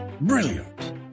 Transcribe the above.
Brilliant